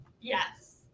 Yes